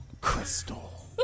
Crystal